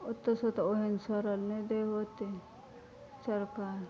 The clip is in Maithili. ओत्ते छै तऽ ओहन सड़ल नहि दै है ओत्तेक सरकार